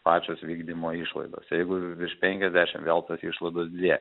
pačios vykdymo išlaidos jeigu virš penkiasdešim vėl tos išlaidos didėja